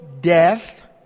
death